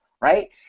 right